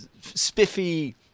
spiffy